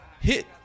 hit